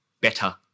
better